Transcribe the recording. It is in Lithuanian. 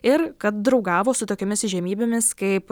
ir kad draugavo su tokiomis įžymybėmis kaip